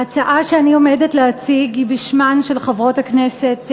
ההצעה שאני עומדת להציג היא בשמן של חברות הכנסת